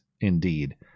indeed